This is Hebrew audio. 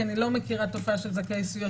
כי אני לא מכירה תופעה של זכאי סיוע